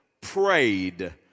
prayed